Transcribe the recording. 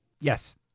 Yes